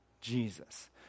Jesus